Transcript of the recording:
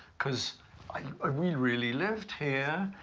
because ah we really lived here.